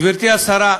גברתי השרה,